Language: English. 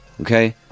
Okay